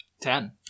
Ten